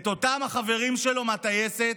את אותם החברים שלו מהטייסת,